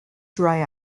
dry